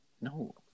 No